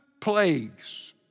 plagues